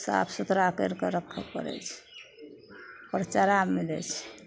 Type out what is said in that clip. साफ सुथरा करिके रखै पड़ै छै ओकर चारा मिलै छै